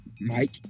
Mike